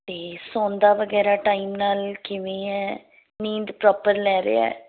ਅਤੇ ਸੌਂਦਾ ਵਗੈਰਾ ਟਾਈਮ ਨਾਲ ਕਿਵੇਂ ਹੈ ਨੀਂਦ ਪ੍ਰੋਪਰ ਲੈ ਰਿਹਾ